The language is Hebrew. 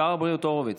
שר הבריאות הורוביץ,